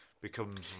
becomes